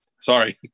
sorry